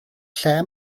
lle